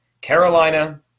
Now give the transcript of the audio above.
Carolina